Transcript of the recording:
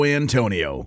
antonio